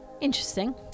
Interesting